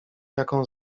jaką